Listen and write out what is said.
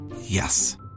Yes